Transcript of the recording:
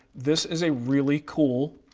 this is a really cool,